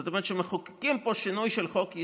זאת אומרת שמחוקקים פה שינוי של חוק-יסוד